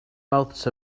mouths